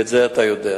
ואת זה אתה יודע.